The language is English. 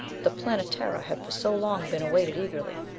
the planetara had for so long been awaited eagerly!